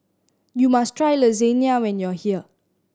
you must try Lasagna when you are here